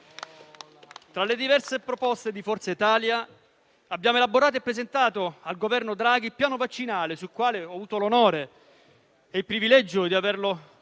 Tra le diverse proposte di Forza Italia, abbiamo elaborato e presentato al Governo Draghi il piano vaccinale, sul quale ho avuto l'onore e il privilegio di aver lavorato